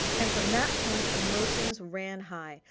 and from that point, emotions ran high,